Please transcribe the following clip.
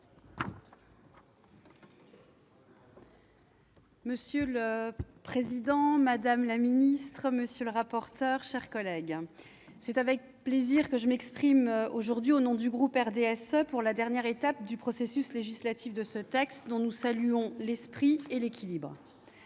Monsieur le président, madame la ministre, mes chers collègues, c'est avec plaisir que je m'exprime au nom du groupe du RDSE pour la dernière étape du processus législatif de ce texte, dont nous saluons l'esprit et l'équilibre.